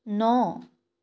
ন